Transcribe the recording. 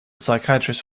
psychiatrist